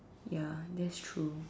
ya that's true